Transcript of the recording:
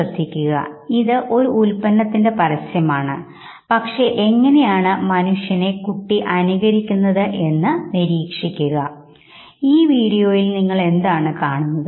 ശ്രദ്ധിക്കുക ഇത് ഒരു ഉൽപ്പന്നത്തിന്റെ പരസ്യം ആണ് പക്ഷേ എങ്ങനെയാണ് മനുഷ്യ കുട്ടി അനുകരിക്കുന്നത് എന്ന് നിരീക്ഷിക്കുക Other language 1443 to 1505 നിങ്ങൾ എന്താണ് ഈ വീഡിയോ കാണുന്നത്